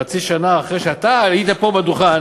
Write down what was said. חצי שנה אחרי שאתה היית פה בדוכן